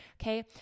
Okay